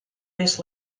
this